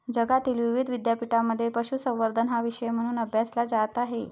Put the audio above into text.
जगातील विविध विद्यापीठांमध्ये पशुसंवर्धन हा विषय म्हणून अभ्यासला जात आहे